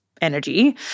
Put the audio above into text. energy